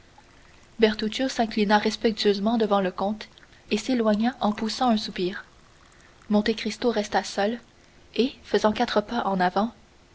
s'inclina respectueusement devant le comte et s'éloigna en poussant un soupir monte cristo resta seul et faisant quatre pas en avant